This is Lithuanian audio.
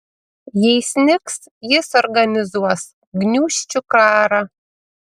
jei snigs jis organizuos gniūžčių karą